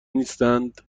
نیستند